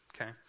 okay